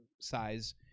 size